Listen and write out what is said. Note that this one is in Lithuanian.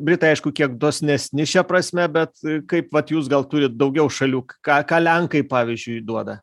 britai aišku kiek dosnesni šia prasme bet kaip vat jūs gal turit daugiau šalių ką ką lenkai pavyzdžiui duoda